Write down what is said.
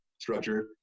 structure